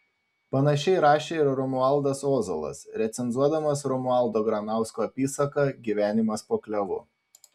panašiai rašė ir romualdas ozolas recenzuodamas romualdo granausko apysaką gyvenimas po klevu